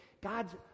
God's